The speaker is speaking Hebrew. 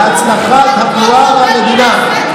להצלחת התנועה והמדינה.